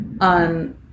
on